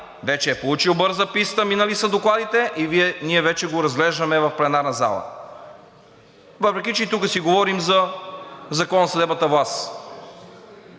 вече е получил бърза писта – минали са докладите, и ние вече го разглеждаме в пленарната зала, въпреки че и тук си говорим за Закона за съдебната власт.